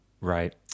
Right